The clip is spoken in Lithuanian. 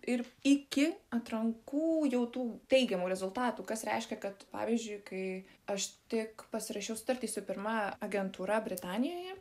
ir iki atrankų jau tų teigiamų rezultatų kas reiškia kad pavyzdžiui kai aš tik pasirašiau sutartį su pirma agentūra britanijoje